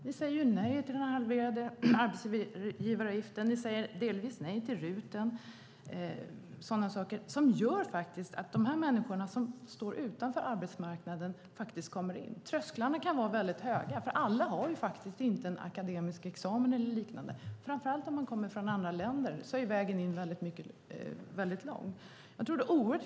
Ni säger ju nej till den halverade arbetsgivaravgiften, och ni säger delvis nej till RUT och sådant som gör att de som står utanför arbetsmarknaden kommer in. Trösklarna kan vara höga. Alla har inte en akademisk examen eller liknande. Framför allt om man kommer från andra länder är vägen väldigt lång.